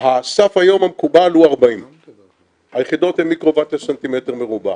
הסף המקובל היום הוא 40. היחידות הן מיקרוואט לס"מ מרובע.